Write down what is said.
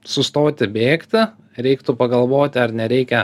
sustoti bėgti reiktų pagalvoti ar nereikia